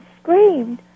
screamed